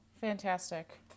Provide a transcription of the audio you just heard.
fantastic